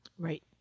Right